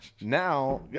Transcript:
now